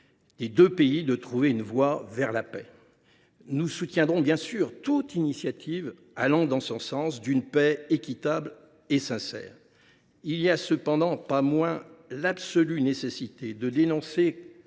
des deux pays de trouver une voie de conciliation. Nous soutiendrons bien sûr toute initiative allant dans le sens d’une paix équitable et sincère. Il n’en demeure pas moins absolument nécessaire de dénoncer